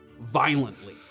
violently